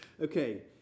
okay